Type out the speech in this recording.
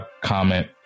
comment